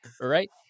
right